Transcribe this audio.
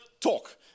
Talk